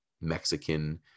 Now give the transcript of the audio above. Mexican